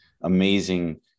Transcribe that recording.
amazing